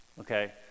okay